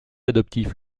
adoptif